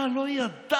אתה לא ידעת?